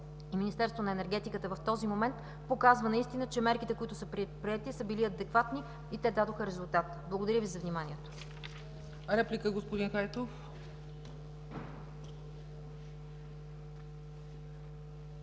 и Министерството на енергетиката в този момент, показва наистина, че мерките, които са предприети, са били адекватни и те дадоха резултат. Благодаря Ви за вниманието.